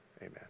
amen